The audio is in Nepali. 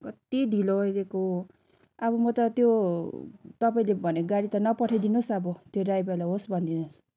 कत्ति ढिलो आइदिएको अब म त त्यो तपाईँले भनेको गाडी त नपठाई दिनुहोस् अब त्यो ड्राइभरलाई होस् भनिदिनोस्